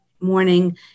morning